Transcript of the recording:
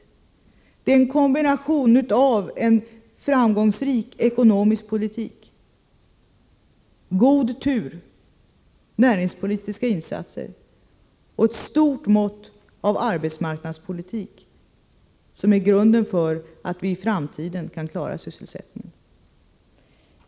Vad som behövs är en kombination av en framgångsrik ekonomisk politik, stor tur, näringspolitiska insatser och ett stort mått av arbetsmarknadspolitik, som är grunden för att vi i framtiden kan klara sysselsättningen.